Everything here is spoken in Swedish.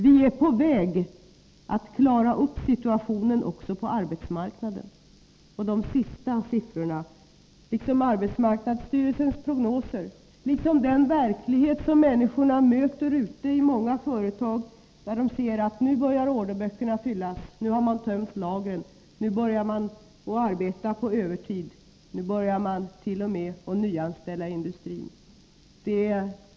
Vi är på väg att klara av situationen även på arbetsmarknaden, och de sista siffrorna, liksom arbetsmarknadsstyrelsens prognoser och liksom den verklighet som människorna möter ute i många företag — en verklighet där människorna ser att orderböckerna nu börjar fyllas, att man tömt lagren och nu börjar arbeta på övertid, att man t.o.m. börjar nyanställa — tyder på detta.